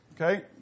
okay